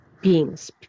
beings